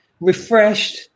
refreshed